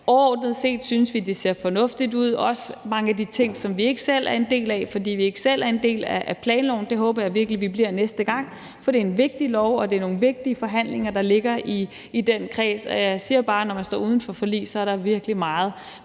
Overordnet set synes vi det ser fornuftigt ud, også mange af de ting, som vi ikke selv er en del af, fordi vi ikke selv er en del af planloven. Det håber jeg virkelig vi bliver næste gang, for det er en vigtig lov, og det er nogle vigtige forhandlinger, der ligger i den kreds. Og jeg siger bare, at når man står uden for forlig, er der virkelig meget,